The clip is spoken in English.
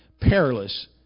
perilous